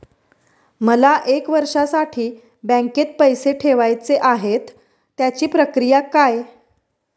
मला एक वर्षासाठी बँकेत पैसे ठेवायचे आहेत त्याची प्रक्रिया काय?